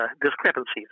discrepancies